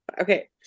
Okay